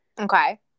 Okay